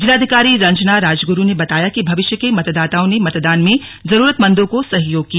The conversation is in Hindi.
जिलाधिकारी रंजना राजगुरु ने बताया कि भविष्य के मतदाताओं ने मतदान में जरूरतमंदों को सहयोग किया